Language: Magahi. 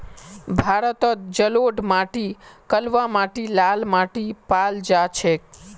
भारतत जलोढ़ माटी कलवा माटी लाल माटी पाल जा छेक